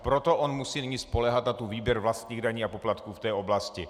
Proto musí nyní spoléhat na výběr vlastních daní a poplatků v té oblasti.